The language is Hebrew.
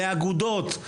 לאגודות,